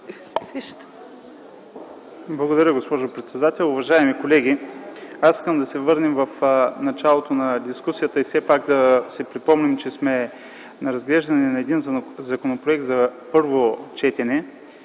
Благодаря, госпожо председател. Уважаеми колеги, искам да се върнем в началото на дискусията и да си припомним, че сме на разглеждане на законопроект на първо четене.